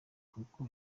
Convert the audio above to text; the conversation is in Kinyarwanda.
kuko